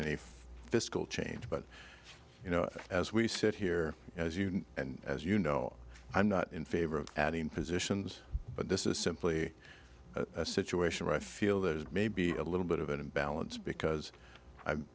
fiscal change but you know as we sit here as you know and as you know i'm not in favor of adding positions but this is simply a situation where i feel there's maybe a little bit of an imbalance because